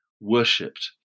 worshipped